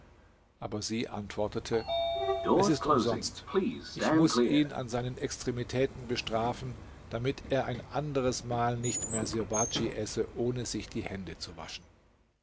aber sie antwortete es ist umsonst ich muß ihn an seinen extremitäten bestrafen damit er ein anderes mal nicht mehr sirbadj esse ohne sich die hände zu waschen